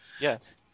Yes